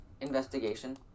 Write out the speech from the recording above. investigation